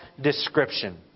description